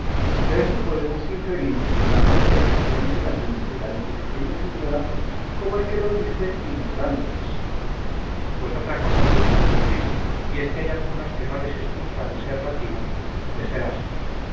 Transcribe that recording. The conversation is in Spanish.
berganza deso podremos inferir que tanto peca el que dice latines delante de quien los ignora como el que los dice ignorándolos cipión pues otra cosa puedes advertir y es que hay algunos que no les escusa el ser latinos de